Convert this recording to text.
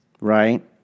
right